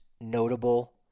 notable